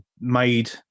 made